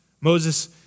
Moses